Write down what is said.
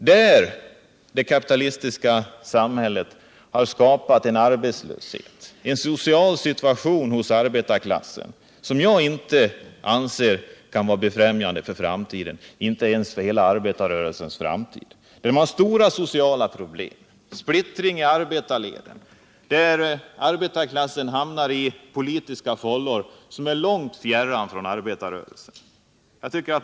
Det kapitalistiska samhället har där skapat en arbetslöshet, en social situation hos arbetarklassen som inte kan vara befrämjande för framtiden, inte ens för hela arbetarrörelsens framtid. Det finns där stora sociala problem och splittring i arbetarleden. Arbetarklassen hamnar i politiska fållor som är långt fjärran från arbetarrörelsen.